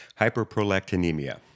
Hyperprolactinemia